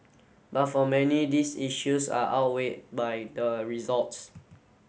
but for many these issues are outweighed by the results